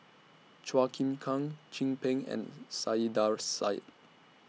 Chua Chim Kang Chin Peng and Saiedah Said